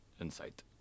insight